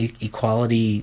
Equality